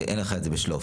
אין לך את זה ב"שלוף".